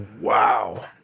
wow